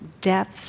depth